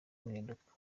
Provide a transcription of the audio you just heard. guhinduka